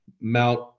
Mount